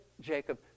Jacob